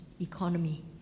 economy